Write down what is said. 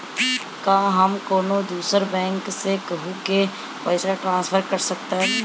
का हम कौनो दूसर बैंक से केहू के पैसा ट्रांसफर कर सकतानी?